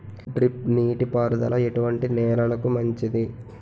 Drip నీటి పారుదల ఎటువంటి నెలలకు మంచిది?